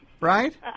Right